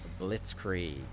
Blitzkrieg